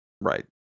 Right